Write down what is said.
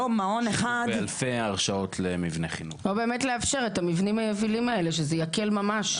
מעון אחד --- או באמת לאפשר את המבנים היבילים האלה שזה יקל ממש.